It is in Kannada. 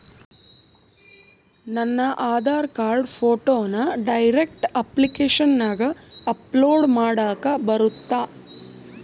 ನನ್ನ ಆಧಾರ್ ಕಾರ್ಡ್ ಫೋಟೋನ ಡೈರೆಕ್ಟ್ ಅಪ್ಲಿಕೇಶನಗ ಅಪ್ಲೋಡ್ ಮಾಡಾಕ ಬರುತ್ತಾ?